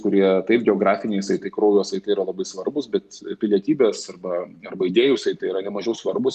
kurie taip geografiniai saitai kraujo saitai yra labai svarbūs bet pilietybės arba arba idėjų saitai yra nemažiau svarbūs